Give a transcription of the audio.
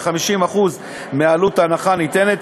ב-50% מעלות ההנחה הניתנת,